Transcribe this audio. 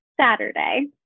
Saturday